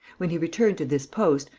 when he returned to this post,